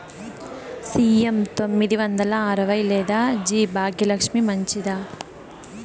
CM తొమ్మిది వందల అరవై లేదా జి భాగ్యలక్ష్మి మంచిదా?